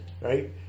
right